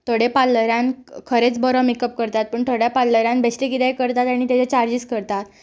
थोड्या पार्लरान खरेंच बरो मेकअप करतात पूण थोड्या पार्लरान बेश्टे कितेंय करतात आनी तेजे चार्जीस करतात